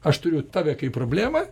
aš turiu tave kaip problemą